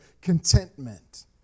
Contentment